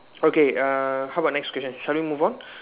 okay uh how about next question shall we move on